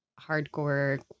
hardcore